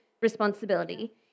responsibility